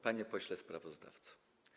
Panie Pośle Sprawozdawco!